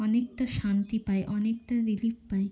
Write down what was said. অনেকটা শান্তি পায় অনেকটা রিলিফ পায়